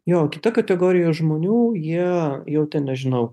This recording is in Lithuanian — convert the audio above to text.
jo kita kategorija žmonių jie jautė nežinau